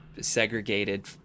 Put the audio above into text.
segregated